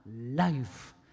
life